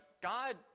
God